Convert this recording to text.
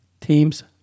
Teams